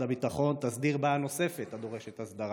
הביטחון תסדיר בעיה נוספת הדורשת הסדרה: